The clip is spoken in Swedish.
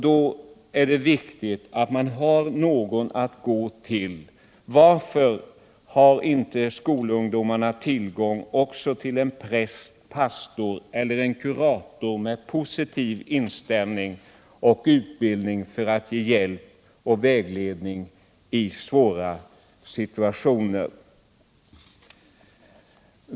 Då är det viktigt att man har någon att gå till. Varför har inte skolungdomarna tillgång också till präst eller kurator med positiv inställning och utbildning för att ge hjälp och vägledning i svåra situationer?